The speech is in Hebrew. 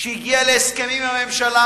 שהגיע להסכמים עם הממשלה,